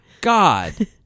god